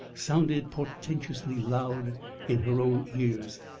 sounded portentously loud in her own ears.